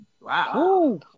Wow